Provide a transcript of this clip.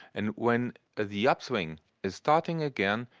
and when the upswing is starting again,